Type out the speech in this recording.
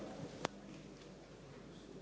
Hvala.